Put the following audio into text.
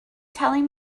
telling